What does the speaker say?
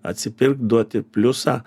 atsipirkt duoti pliusą